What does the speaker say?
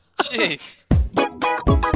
Jeez